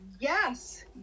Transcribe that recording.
Yes